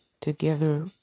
Together